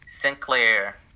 Sinclair